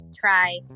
try